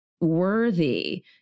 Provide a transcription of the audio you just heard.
worthy